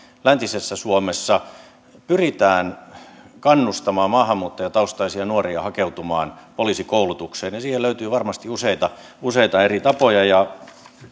läntisessä suomessa pyritään kannustamaan maahanmuuttajataustaisia nuoria hakeutumaan poliisikoulutukseen siihen löytyy varmasti useita useita eri tapoja ja